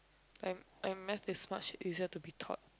and and maths is much easier to be taught